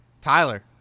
Tyler